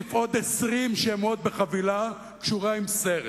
ולהוסיף עוד 20 שמות בחבילה קשורה עם סרט